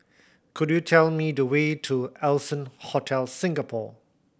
could you tell me the way to Allson Hotel Singapore